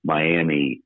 Miami